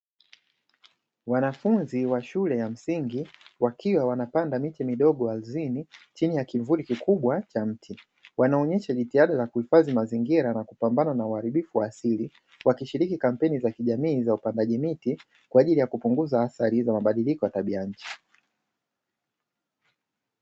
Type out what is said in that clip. Wanafunzi wa shule ya msingi wakiwa wanapanda miche midogo ardhini chini ya kivuli kikubwa cha mti. Wanaonyesha jitihada za kuhifadhi mazingira na kupambana na uharibifu wa asili, wakishiriki kampeni za kijamii za upandaji miti kwa ajili ya kupunguza athari za mabadiliko ya tabia ya nchi.